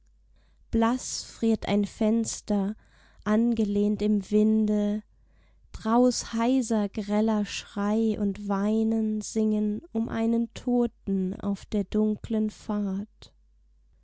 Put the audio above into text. blaß friert ein fenster angelehnt im winde drauß heiser greller schrei und weinen singen um einen toten auf der dunklen fahrt